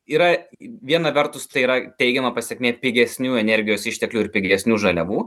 yra viena vertus tai yra teigiama pasekmė pigesnių energijos išteklių ir pigesnių žaliavų